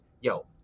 yo